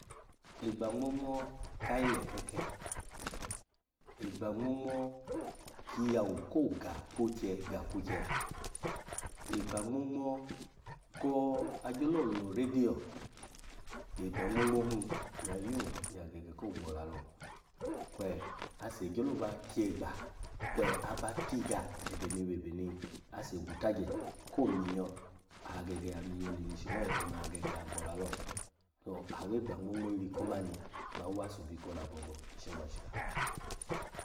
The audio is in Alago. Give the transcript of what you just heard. Egbo ngmo-ngmo ka ayi lekeke, egba ngmo-ngmo ki iyawu koga kwukye-ga kwukye, egba ngmo-ngmo ko, agyelo lo oradiyo, egbo ngmo-ngmo hun, ya yun ya gege ko gbola lo, kwe ase gyela ba kyegba kwe aba tiga ebe ni webe ni ase gwutagye ko minyo, agege aminyo neneshi lo, oma gege agbola lo, so awegba iri ko omani, ba wase obi kola gbogbo ishi nwashika.